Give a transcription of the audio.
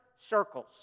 circles